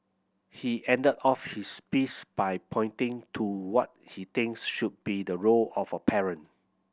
he ended off his piece by pointing to what he thinks should be the role of a parent